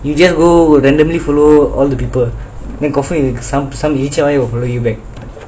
you just oh randomly follow all the people then confirm some some இலிச்ச வாய்:illicha vaaya will follow you back